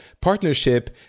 partnership